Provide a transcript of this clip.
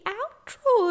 outro